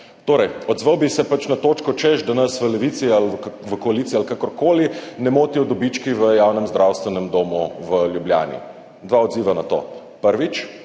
laže. Odzval bi se pač na točko, češ, da nas v Levici ali v koaliciji ali kakorkoli ne motijo dobički v javnem zdravstvenem domu v Ljubljani. Dva odziva na to. Prvič: